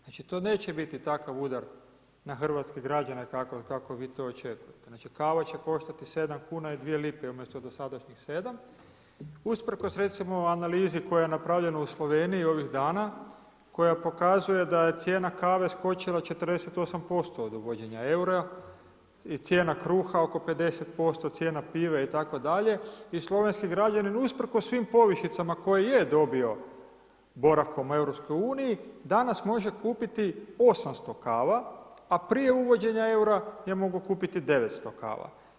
Znači to neće biti takav udar na hrvatske građane kako vi to očekujete, znači kava će koštati 7 kuna i 2 lipe umjesto dosadašnjih 7, usprkos recimo analizi koja je napravljena u Sloveniji ovih dana koja pokazuje da je cijena kave skočila 48% od uvođenja eura i cijena kruha oko 50%, cijena pive itd., i slovenski građanin usprkos svim povišicama koje je dobio boravkom u EU-u, danas može kupiti 800 kava a prije uvođenja eura je mogao kupiti 900 kava.